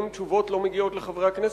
אם תשובות על שאילתות לא מגיעות לחברי הכנסת.